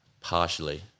partially